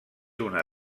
una